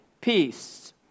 Peace